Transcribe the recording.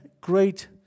great